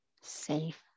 safe